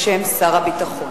בשם שר הביטחון.